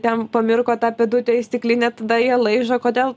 ten pamirko tą pėdutę į stiklinę tada ją laižo kodėl